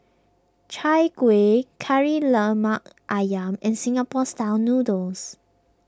Chai Kueh Kari Lemak Ayam and Singapore Style Noodles